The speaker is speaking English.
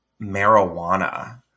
marijuana